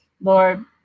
Lord